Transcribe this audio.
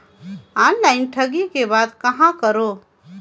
Online ठगी के बाद कहां करों?